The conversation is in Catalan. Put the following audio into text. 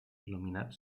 il·luminat